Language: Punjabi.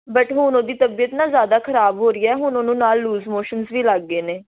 ਬਟ ਹੁਣ ਉਹਦੀ ਤਬੀਅਤ ਨਾ ਜ਼ਿਆਦਾ ਖਰਾਬ ਹੋ ਰਹੀ ਹੈ ਹੁਣ ਉਹਨੂੰ ਨਾਲ ਲੂਜ ਮੋਸ਼ਨਜ਼ ਵੀ ਲੱਗ ਗਏ ਨੇ